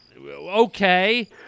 okay